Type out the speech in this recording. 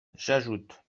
j’ajoute